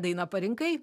dainą parinkai